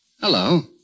Hello